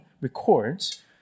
records